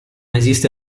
esiste